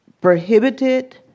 prohibited